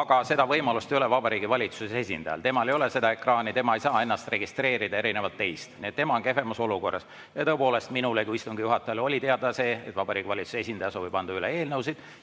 Aga seda võimalust ei ole Vabariigi Valitsuse esindajal, temal ei ole seda ekraani, tema ei saa ennast registreerida erinevalt teist. Nii et tema on kehvemas olukorras. Ja tõepoolest, minule kui istungi juhatajale oli teada see, et Vabariigi Valitsuse esindaja soovib anda üle eelnõusid,